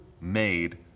made